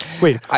Wait